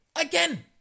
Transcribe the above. again